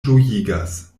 ĝojigas